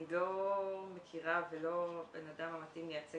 אני לא מכירה ולא הבן אדם המתאים לייצג